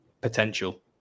potential